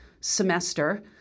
semester